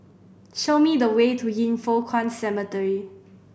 show me the way to Yin Foh Kuan Cemetery